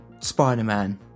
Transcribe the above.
spider-man